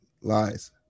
Lies